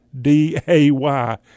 D-A-Y